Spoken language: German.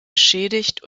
beschädigt